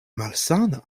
malsana